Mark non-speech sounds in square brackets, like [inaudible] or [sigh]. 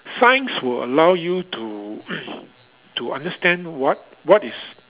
science will allow you to [noise] to understand what what is